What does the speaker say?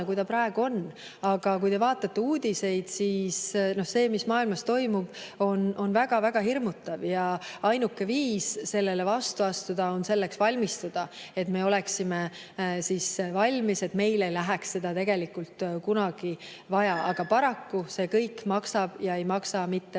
kui ta praegu on. Aga kui te vaatate uudiseid, siis näete, et see, mis maailmas toimub, on väga-väga hirmutav ja ainuke viis sellele vastu astuda on selleks valmistuda, et me oleksime valmis, et meil ei läheks seda tegelikult kunagi vaja. Aga paraku see kõik maksab ja ei maksa vähe.